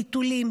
טיטולים,